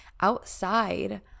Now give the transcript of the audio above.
outside